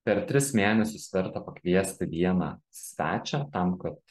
per tris mėnesius kartą pakviesti vieną svečią tam kad